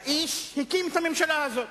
האיש הקים את הממשלה הזאת.